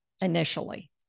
initially